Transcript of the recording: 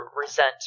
resent